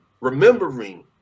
remembering